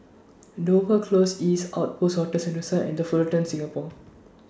Dover Close East Outpost Hotel Sentosa and The Fullerton Singapore